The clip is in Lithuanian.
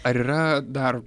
ar yra dar